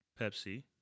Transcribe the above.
Pepsi